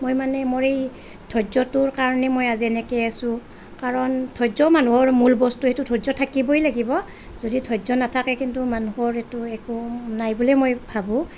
মই মানে মোৰ এই ধৈৰ্য্য়টোৰ কাৰণে মই আজি এনেকৈ আছো কাৰণ ধৈৰ্য্য় মানুহৰ মূল বস্তু সেইটো ধৈৰ্য্য় থাকিবই লাগিব যদি ধৈৰ্য্য় নাথাকে কিন্তু মানুহৰ সেইটো একো নাই বুলিয়ে মই ভাবোঁ